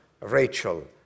Rachel